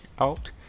out